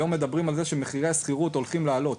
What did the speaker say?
היום מדברים על זה שמחירי השכירות הולכים לעלות,